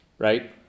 Right